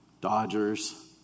Dodgers